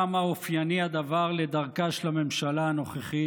כמה אופייני הדבר לדרכה של הממשלה הנוכחית,